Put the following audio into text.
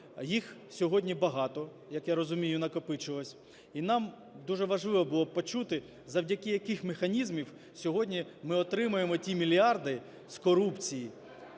Їх сьогодні багато, як я розумію, накопичилось. І нам дуже важливо було б почути, завдяки яких механізмів сьогодні ми отримуємо ті мільярди з корупції